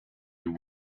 you